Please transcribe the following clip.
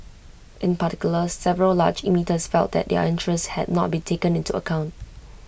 in particular several large emitters felt that their interests had not been taken into account